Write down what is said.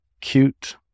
Cute